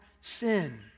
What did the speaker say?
sin